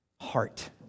heart